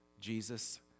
Jesus